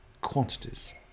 quantities